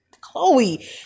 Chloe